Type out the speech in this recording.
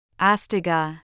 Astiga